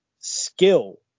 skill